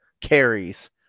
carries